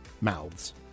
mouths